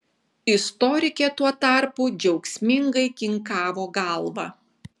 istorikė tuo tarpu džiaugsmingai kinkavo galva